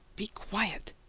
be quiet!